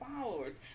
followers